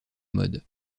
mode